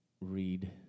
read